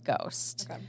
Ghost